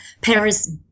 Paris